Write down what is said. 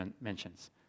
mentions